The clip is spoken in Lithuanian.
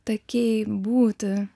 takiai būti